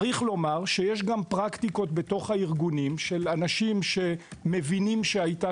צריך לומר שיש גם פרקטיקות בתוך הארגונים של אנשים שמבינים שהיתה